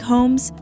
Homes